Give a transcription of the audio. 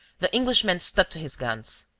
the englishman stuck to his guns.